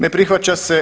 Ne prihvaća se.